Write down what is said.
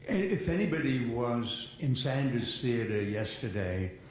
if anybody was inside this theatre yesterday,